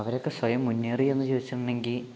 അവരൊക്കെ സ്വയം മുന്നേറിയോ എന്ന് ചോദിച്ചിട്ടുണ്ടെങ്കിൽ